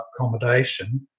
accommodation